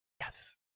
Yes